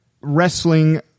wrestling